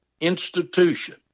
institution